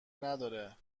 نداره